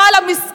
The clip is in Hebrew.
לא על המסכנים,